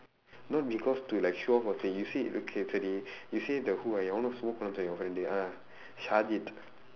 not because to like show off okay you see you say the who ah you almost smoke ah